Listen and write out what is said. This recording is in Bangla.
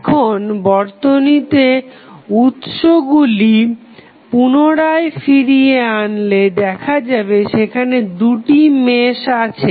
এখন বর্তনীতে উৎসগুলি পুনরায় ফিরিয়ে আনলে দেখা যাবে সেখানে দুটি মেশ আছে